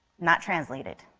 not translated,